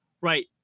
right